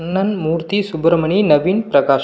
Kannan Murthy Subramani Naveen Prakash